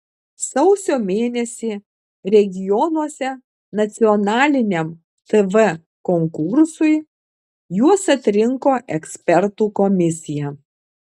sausio mėnesį regionuose nacionaliniam tv konkursui juos atrinko ekspertų komisija